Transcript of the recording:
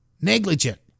negligent